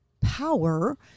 power